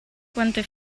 quante